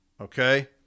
Okay